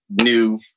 new